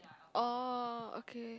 oh okay